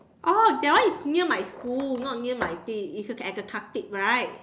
oh that one is near my school not near my thing it's at the Khatib right